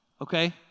okay